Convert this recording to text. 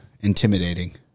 intimidating